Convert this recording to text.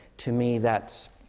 to me that's